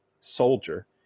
soldier